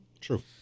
True